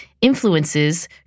influences